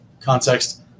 context